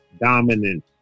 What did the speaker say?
dominant